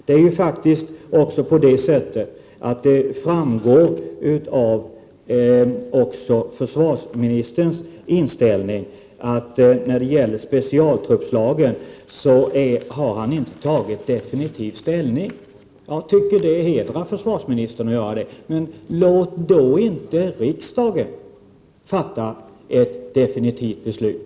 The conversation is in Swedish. Det framgår också att försvarsministern inte har tagit definitiv ställning när det gäller specialtruppslagen. Jag tycker att det hedrar försvarsministern, men låt då inte riksdagen fatta ett definitivt beslut!